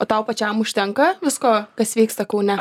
o tau pačiam užtenka visko kas vyksta kaune